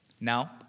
Now